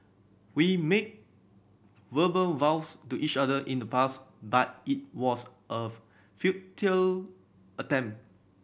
we made verbal vows to each other in the past but it was a futile attempt